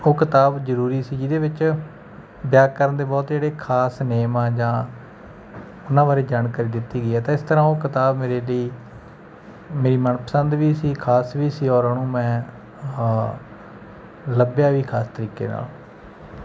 ਉਹ ਕਿਤਾਬ ਜ਼ਰੂਰੀ ਸੀ ਜਿਹਦੇ ਵਿੱਚ ਵਿਆਕਰਨ ਦੇ ਬਹੁਤ ਜਿਹੜੇ ਖਾਸ ਨੇਮ ਆ ਜਾਂ ਉਹਨਾਂ ਬਾਰੇ ਜਾਣਕਾਰੀ ਦਿੱਤੀ ਗਈ ਹੈ ਤਾਂ ਇਸ ਤਰ੍ਹਾਂ ਉਹ ਕਿਤਾਬ ਮੇਰੇ ਲਈ ਮੇਰੀ ਮਨਪਸੰਦ ਵੀ ਸੀ ਖਾਸ ਵੀ ਸੀ ਔਰ ਉਹਨੂੰ ਮੈਂ ਲੱਭਿਆ ਵੀ ਖਾਸ ਤਰੀਕੇ ਨਾਲ